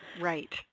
Right